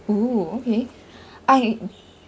oo okay I